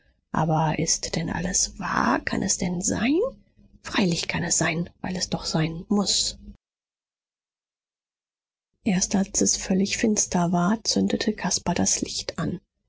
aber ist denn alles wahr kann es denn sein freilich kann es sein weil es doch sein muß erst als es völlig finster war zündete caspar das licht an